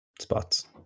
spots